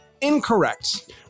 incorrect